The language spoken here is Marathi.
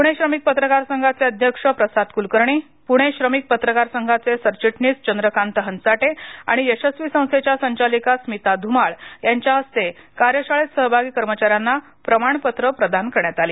पुणे श्रमिक पत्रकार संघाचे अध्यक्ष प्रसाद कुलकर्णी पुणे श्रमिक पत्रकार संघाचे सरचिटणीस चंद्रकांत हंचाटे आणि यशस्वी संस्थेच्या संचालिका स्मिता ध्रमाळ यांच्या हस्ते कार्यशाळेत सहभागी कर्मचार्यांना प्रमाणपत्र प्रदान करण्यात आल